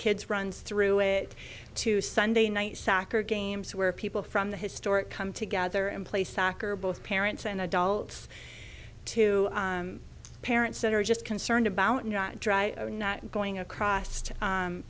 kids runs through it to sunday night sachar games where people from the historic come together and play soccer both parents and adults two parents that are just concerned about not dry or not going across to